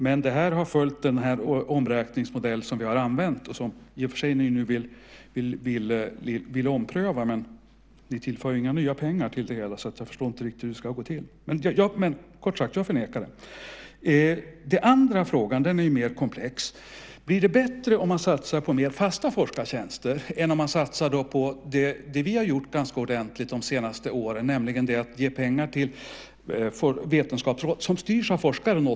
Men det här har följt den omräkningsmodell som vi har använt och som ni i och för sig nu vill ompröva. Men ni tillför ju inga nya pengar till det hela, så jag förstår inte riktigt hur det ska gå till. Men kort sagt: Jag förnekar det! Den andra frågan är mer komplex. Blir det bättre om man satsar på mer fasta forskartjänster än om man satsar på det vi har gjort ganska ordentligt de senaste åren, nämligen att ge pengar till Vetenskapsrådet - som nota bene styrs av forskare?